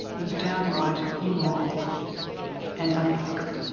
was downright immoral and unethical.